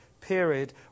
period